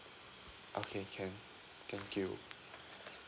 okay can thank you